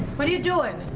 what are you doing?